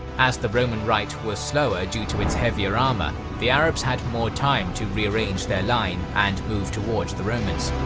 as the roman right was slower due to its heavier armour, the arabs had more time to rearrange their line and move towards the romans.